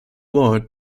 war